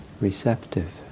receptive